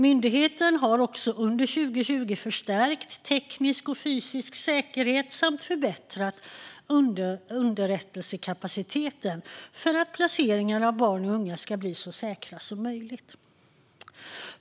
Myndigheten har under 2020 förstärkt teknisk och fysisk säkerhet samt förbättrat underrättelsekapaciteten för att placeringar av barn och unga ska bli så säkra som möjligt.